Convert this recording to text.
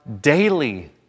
daily